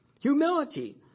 Humility